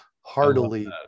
heartily